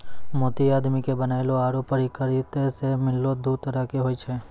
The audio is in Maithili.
मोती आदमी के बनैलो आरो परकिरति सें मिललो दु तरह के होय छै